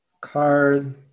card